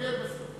התרגל בסוף.